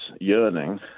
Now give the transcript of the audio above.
yearning